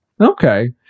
Okay